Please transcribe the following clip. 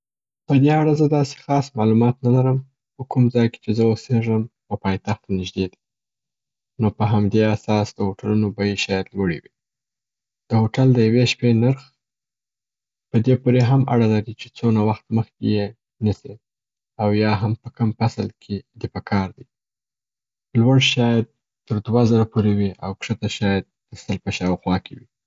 په دې اړه زه داسي خاص معلومات نه لرم، خو کوم ځای کي چې زه اوسیږم، و پایتخت ته نژدې دی، نو په همدې اساس د هوټلونو بیې شاید لوړي وي. د هوټل د یوې شپې نرخ، په دې پورې هم اړه لري چې څونه وخت مخکي یې نیسي او یا هم په کم فصل کي دي په کار دی. لوړ شاید تر دو زرو پوري وي او کښته شاید د سل په شاوخوا کي وي.